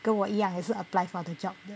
跟我一样也是 apply for the job